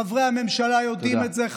חברי הממשלה יודעים את זה.